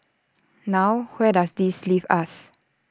now where does this leave us